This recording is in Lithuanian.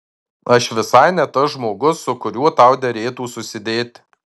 aš visai ne tas žmogus su kuriuo tau derėtų susidėti